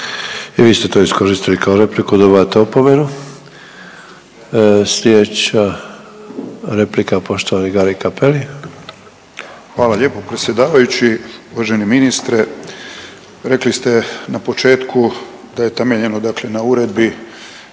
I vi ste to iskoristili kao repliku, dobivate opomenu. Sljedeća replika poštovani Gari Cappelli. **Cappelli, Gari (HDZ)** Hvala lijepo predsjedavajući, uvaženi ministre. Rekli ste na početku da je temeljeno, dakle na uredbi